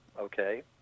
okay